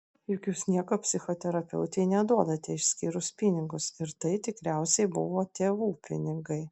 juk jūs nieko psichoterapeutei neduodate išskyrus pinigus ir tai tikriausiai buvo tėvų pinigai